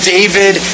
David